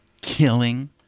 killing